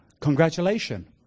Congratulations